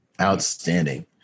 Outstanding